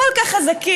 כל כך חזקים,